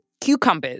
cucumbers